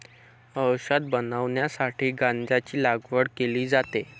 औषध बनवण्यासाठी गांजाची लागवड केली जाते